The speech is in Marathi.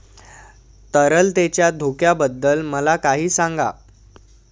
तरलतेच्या धोक्याबद्दल मला काही सांगा